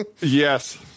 Yes